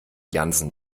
jansen